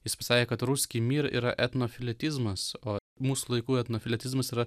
jis pasakė kas ruskij mir ir yra etnofiletizmas o mūsų laikų etnofiletizmas yra